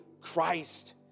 Christ